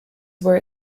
were